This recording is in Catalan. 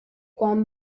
quan